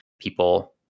people